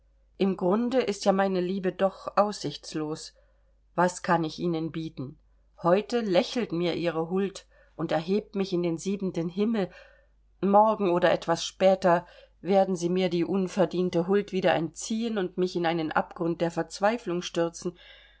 im grunde ist ja meine liebe doch aussichtslos was kann ich ihnen bieten heute lächelt mir ihre huld und erhebt mich in den siebenten himmel morgen oder etwas später werden sie mir die unverdiente huld wieder entziehen und mich in einen abgrund der verzweiflung stürzen